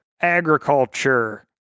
agriculture